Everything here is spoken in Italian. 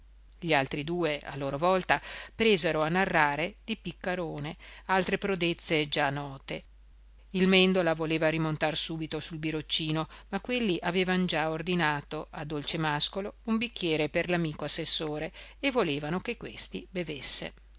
gli altri due a loro volta presero a narrare di piccarone altre prodezze già note il mèndola voleva rimontar subito sul biroccino ma quelli avevano già ordinato a dolcemàscolo un bicchiere per l'amico assessore e volevano che questi bevesse